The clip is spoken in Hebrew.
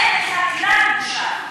אין לך כלל בושה.